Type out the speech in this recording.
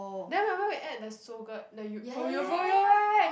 then remember we add the Sogurt the yo~ froyo froyo right